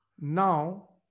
now